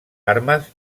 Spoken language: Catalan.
armes